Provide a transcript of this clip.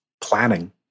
planning